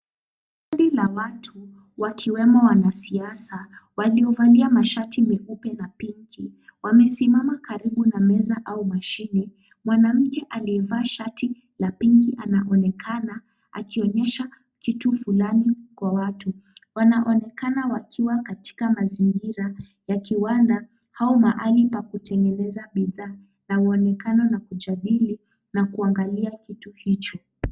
Kundi la watu wakiwemo wanasiasa waliovalia mashati meupe na pinki wamesimama karibu na meza au mashine. Mwanamke aliyevaa shati la pinki anaonekana akionyesha kitu fulani kwa watu. Wanaonekana wakiwa katika mazingira ya kiwanda au mahali pa kutengeneza bidhaa na uonekano na kujadili na kuangalia kitu hicho.